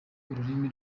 ururimi